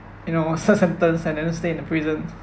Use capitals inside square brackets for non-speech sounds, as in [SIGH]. you know [LAUGHS] serve sentence and then stay in the prison